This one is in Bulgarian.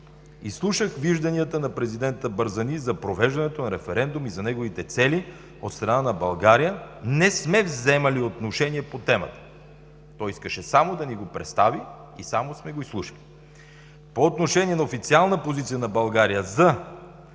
Изслушах вижданията на президента Барзани за провеждането на референдум и за неговите цели. От страна на България не сме вземали отношение по темата. Той искаше само да ни го представи и само сме го изслушали. По отношението официална позиция на България за